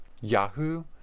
Yahoo